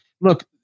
look